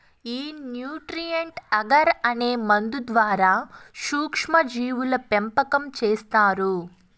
ఈ nutrient agar అనే మందు ద్వారా సూక్ష్మ జీవుల పెంపకం చేస్తారు